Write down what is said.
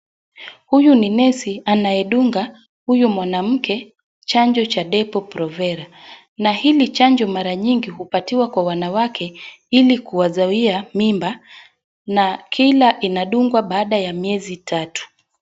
Huyu ni nesi anayedunga huyu mwanamke chanjo cha depo provela na hili chanjo mara nyingi hupatiwa kwa wanawake ili kuwazaia mimba na kila inadungwa baada ya miezi tatu.